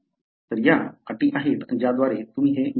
तर या अटी आहेत ज्याद्वारे तुम्ही ते मिळवू शकता